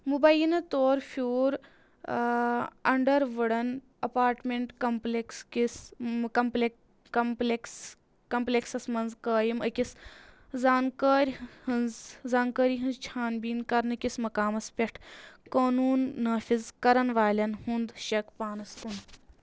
مُباینہ طور پھِیوٗر under wooden apartment complex کِس کمپلیٚک کمپلیٚکسس منٛز قٲیِم أکِس زانكٲری ہنز زٲنکٲری ہنٛز چھان بیٖن کرنہٕ کِس مقامس پیٚٹھ قونوٗن نٲفِز کَرن والیٚن ہُنٛد شک پانس كُن